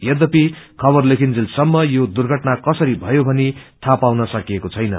यद्यपि खबर लेखिजेंल सम्म यो दुर्घटना कसरी भयो ीानी थाहा पाउन सकिएको छैन